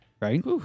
Right